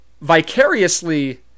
vicariously